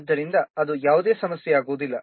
ಆದ್ದರಿಂದ ಅದು ಯಾವುದೇ ಸಮಸ್ಯೆಯಾಗುವುದಿಲ್ಲ